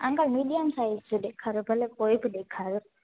uncle medium size जो ॾेखारियो भले कोई बि ॾेखारियो